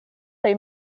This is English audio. they